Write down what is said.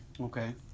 Okay